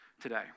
today